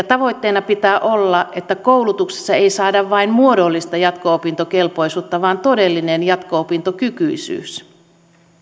tavoitteena pitää olla että koulutuksessa ei saada vain muodollista jatko opintokelpoisuutta vaan todellinen jatko opintokykyisyys